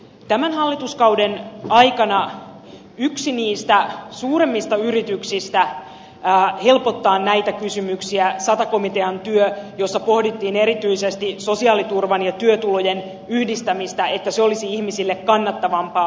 tämän hallituskauden aikana yksi niistä suuremmista yrityksistä helpottaa näitä kysymyksiä oli sata komitean työ jossa pohdittiin erityisesti sosiaaliturvan ja työtulojen yhdistämistä että se olisi ihmisille kannattavampaa